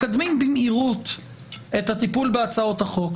מקדמים במהירות את הטיפול בהצעות החוק,